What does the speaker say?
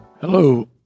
Hello